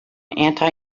anti